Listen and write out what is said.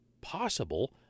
possible